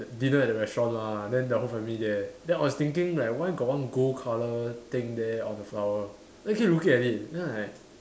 dinner at the restaurant lah then the whole family there then I was thinking like why got one gold colour thing there on the flower then keep looking at it then I